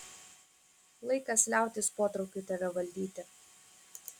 laikas liautis potraukiui tave valdyti